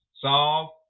solve